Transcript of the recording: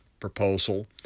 proposal